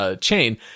chain